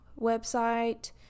website